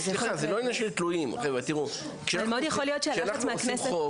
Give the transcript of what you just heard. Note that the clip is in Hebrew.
יכול להיות שלחץ מהכנסת